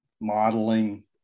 modeling